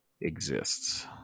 exists